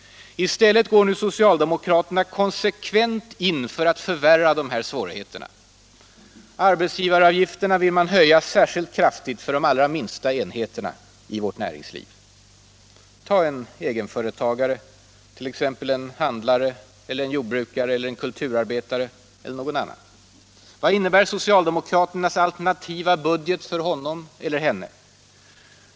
I stället går nu socialdemokraterna konsekvent in för att förvärra de här svårigheterna. Arbetsgivaravgifterna vill man höja särskilt kraftigt för de allra minsta enheterna i vårt näringsliv. Ta som exempel en egenföretagare — en handlare, en jordbrukare eller en kulturarbetare. Vad innebär socialdemokraternas alternativa budget för honom eller henne?